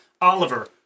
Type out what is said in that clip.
Oliver